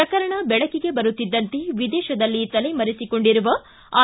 ಪ್ರಕರಣ ಬೆಳಕಿಗೆ ಬರುತ್ತಿದ್ದಂತೆ ವಿದೇಶದಲ್ಲಿ ತಲೆ ಮರೆಸಿಕೊಂಡಿರುವ ಐ